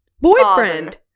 boyfriend